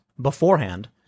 beforehand